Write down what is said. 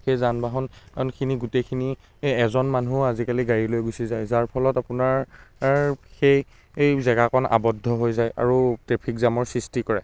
সেই যান বাহনখিনি গোটেইখিনি এজন মানুহো আজিকালি গাড়ী লৈ গুচি যায় যাৰ ফলত আপোনাৰ সেই জেগাকণ আৱব্ধ হৈ যায় আৰু ট্ৰেফিক জামৰ সৃষ্টি কৰে